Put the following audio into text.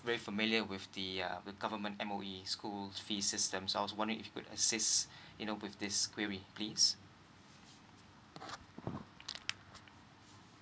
very familiar with the uh with government M_O_E school fee system so I'm wonder if you could assist you know with this query please